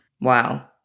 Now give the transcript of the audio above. Wow